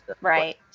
Right